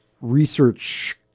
research